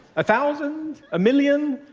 ah thousand? a million?